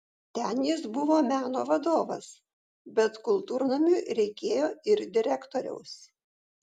ten jis buvo meno vadovas bet kultūrnamiui reikėjo ir direktoriaus